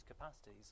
capacities